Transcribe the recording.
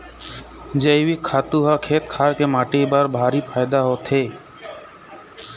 जइविक खातू ह खेत खार के माटी बर भारी फायदा के होथे